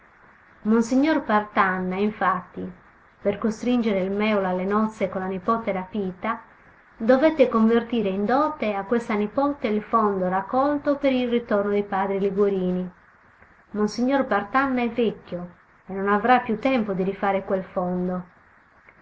a montelusa monsignor partanna infatti per costringere il mèola alle nozze con la nipote rapita dovette convertire in dote a questa nipote il fondo raccolto per il ritorno dei padri liguorini monsignor partanna è vecchio e non avrà più tempo di rifare quel fondo